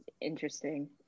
interesting